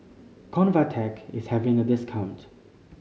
Convatec is having a discount